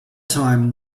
time